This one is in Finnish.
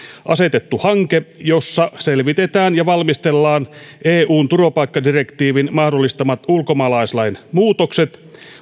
asetettu hanke jossa selvitetään ja valmistellaan eun turvapaikkadirektiivin mahdollistamat ulkomaalaislain muutokset